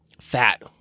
fat